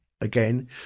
again